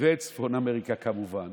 וצפון אמריקה כמובן